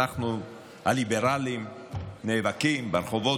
אנחנו הליברלים נאבקים ברחובות,